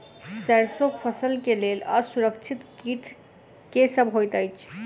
सैरसो फसल केँ लेल असुरक्षित कीट केँ सब होइत अछि?